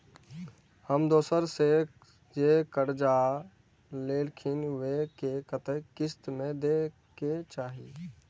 हम दोसरा से जे कर्जा लेलखिन वे के कतेक किस्त में दे के चाही?